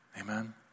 Amen